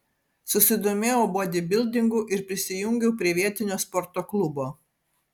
susidomėjau bodybildingu ir prisijungiau prie vietinio sporto klubo